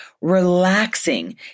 relaxing